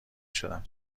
شدم